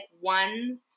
one